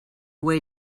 way